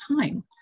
time